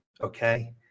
okay